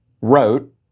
wrote